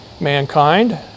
mankind